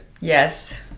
Yes